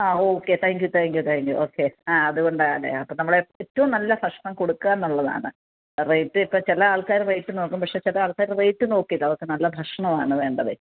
ആ okay thank you thank you thank you okay ആ അതുകൊണ്ടാണേ അപ്പം നമ്മൾ ഏറ്റവും നല്ല ഭക്ഷണം കൊടുക്കുക എന്നുള്ളതാണ് റേറ്റ് ഇപ്പം ചില ആൾക്കാർ റേറ്റ് നോക്കും പക്ഷെ ചില ആൾക്കാർ റേറ്റ് നോക്കില്ല അവർക്ക് നല്ല ഭക്ഷണമാണ് വേണ്ടതേ